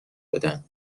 بدن